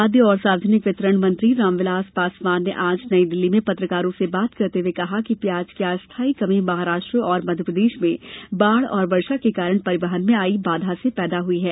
खाद्य और सार्वजनिक वितरण मंत्री रामविलास पासवान ने आज नई दिल्ली में पत्रकारों से बात करते हुए कहा कि प्याज की अस्थायी कमी महाराष्ट्र और मध्यप्रदेश में बाढ़ और वर्षा के कारण परिवहन में आई बाधा से पैदा हुई है